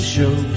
Show